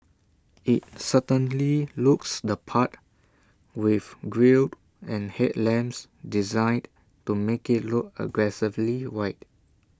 IT certainly looks the part with grille and headlamps designed to make IT look aggressively wide